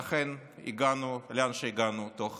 ולכן הגענו לאן שהגענו תוך